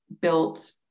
built